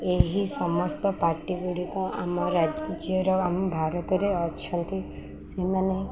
ଏହି ସମସ୍ତ ପାର୍ଟିଗୁଡ଼ିକ ଆମ ରାଜ୍ୟର ଆମ ଭାରତରେ ଅଛନ୍ତି ସେମାନେ